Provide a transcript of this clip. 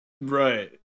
Right